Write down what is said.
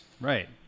Right